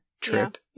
trip